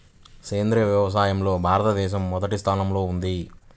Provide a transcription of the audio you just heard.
సేంద్రీయ వ్యవసాయంలో భారతదేశం మొదటి స్థానంలో ఉంది